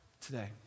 today